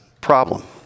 problem